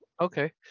okay